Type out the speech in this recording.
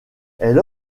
elle